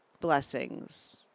Blessings